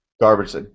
garbage